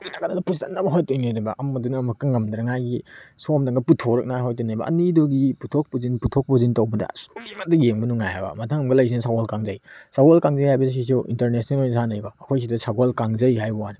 ꯄꯨꯁꯤꯟꯅꯕ ꯍꯣꯠꯅꯗꯣꯏꯅꯦꯕ ꯑꯃꯗꯨꯅ ꯑꯃꯨꯛꯀ ꯉꯝꯗꯅꯉꯥꯏꯒꯤ ꯁꯣꯝꯗ ꯑꯃꯨꯛꯀ ꯄꯨꯊꯣꯔꯛꯅꯉꯥꯏ ꯍꯣꯠꯅꯗꯣꯏꯅꯦꯕ ꯑꯅꯤꯗꯨꯒꯤ ꯄꯨꯊꯣꯛ ꯄꯨꯁꯤꯟ ꯄꯨꯊꯣꯛ ꯄꯨꯁꯤꯟ ꯇꯧꯕꯗ ꯑꯁꯨꯛꯀꯤ ꯃꯇꯤꯛ ꯌꯦꯡꯕ ꯅꯨꯡꯉꯥꯏꯑꯕ ꯃꯊꯪ ꯑꯃꯨꯛꯀ ꯂꯩꯁꯤꯅ ꯁꯒꯣꯜ ꯀꯥꯡꯖꯩ ꯁꯒꯣꯜ ꯀꯥꯡꯖꯩ ꯍꯥꯏꯕꯁꯤꯁꯨ ꯏꯟꯇꯔꯅꯦꯁꯅꯦꯜ ꯑꯣꯏ ꯁꯥꯟꯅꯩꯀꯣ ꯑꯩꯈꯣꯏꯁꯤꯗ ꯁꯒꯣꯜ ꯀꯥꯡꯖꯩ ꯍꯥꯏꯕ ꯋꯥꯅꯦ